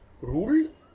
ruled